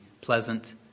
pleasant